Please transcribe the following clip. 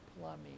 plumbing